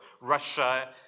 Russia